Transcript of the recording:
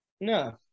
No